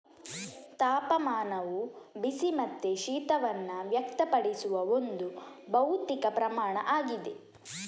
ತಾಪಮಾನವು ಬಿಸಿ ಮತ್ತೆ ಶೀತವನ್ನ ವ್ಯಕ್ತಪಡಿಸುವ ಒಂದು ಭೌತಿಕ ಪ್ರಮಾಣ ಆಗಿದೆ